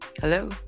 Hello